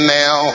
now